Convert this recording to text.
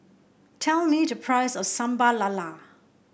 tell me the price of Sambal Lala